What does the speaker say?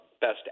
best